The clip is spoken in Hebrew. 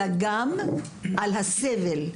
אלא גם על הסבל.